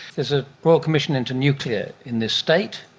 there's a royal commission into nuclear in this state.